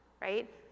right